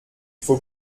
faut